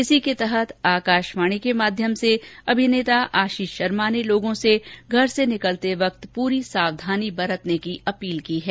इसी के तहत आकाशवाणी के माध्यम से अभिनेता आशीष शर्मा लोगों से घर से निकलते वक्त पूरी सावधानी बरतने की अपील की है